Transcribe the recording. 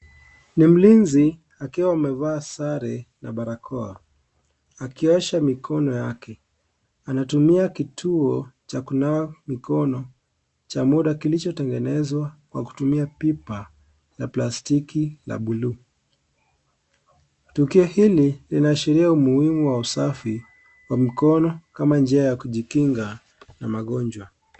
Ni mlinzi akiwa amevaa sare na barakoa akiosha mikono yake , anatumia kituo cha kunawa mikono cha muda kilichotengenezwa kwa kutumia pipa na plastiki la buluu . Tukio hili linaashiria umuhimu wa usafi wa mikono kama njia ya kujikinga na magonjwa .